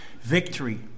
victory